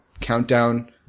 countdown